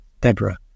Deborah